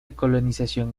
colonización